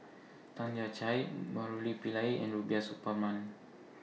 Tan Lian Chye Murali Pillai and Rubiah Suparman